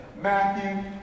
Matthew